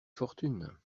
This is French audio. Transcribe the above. fortune